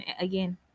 again